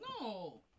No